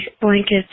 blankets